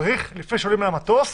צריך לפני שעולים על המטוס